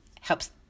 helps